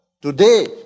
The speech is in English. Today